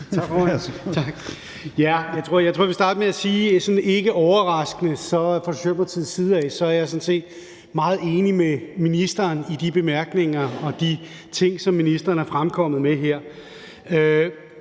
– sådan set ikke overraskende – er meget enig med ministeren i de bemærkninger og de ting, som ministeren er fremkommet med her.